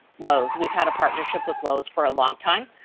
lowe's, we've had a partnership with lowe's for a long time